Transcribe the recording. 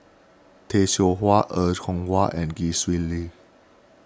Tay Seow Huah Er Kwong Wah and Gwee Sui Li